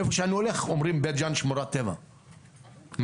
איפה שאני הולך אומרים בית ג'אן שמורת טבע, נכון.